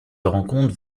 rencontre